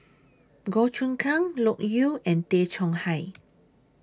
Goh Choon Kang Loke Yew and Tay Chong Hai